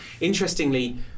interestingly